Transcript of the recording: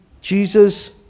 Jesus